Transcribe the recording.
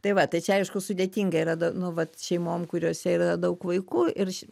tai va tai čia aišku sudėtinga yra da nu vat šeimom kuriose yra daug vaikų ir